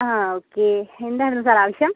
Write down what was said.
ആ ഓക്കെ എന്താണ് ഇത് സാർ ആവശ്യം